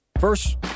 First